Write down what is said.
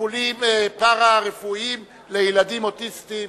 פארה-רפואיים לילדים אוטיסטים).